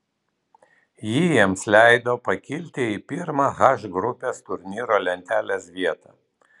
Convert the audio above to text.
ji jiems leido pakilti į pirmą h grupės turnyro lentelės vietą